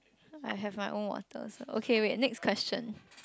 I have my own water also okay wait next question